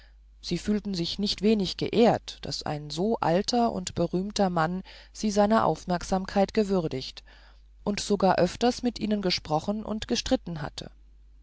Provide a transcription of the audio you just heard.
sie fühlten sich nicht wenig geehrt daß ein so alter und berühmter mann sie seiner aufmerksamkeit gewürdigt und sogar öfters mit ihnen gesprochen und gestritten hatte